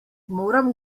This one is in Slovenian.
moram